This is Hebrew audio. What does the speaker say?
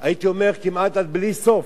הייתי אומר כמעט עד בלי סוף,